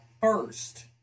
first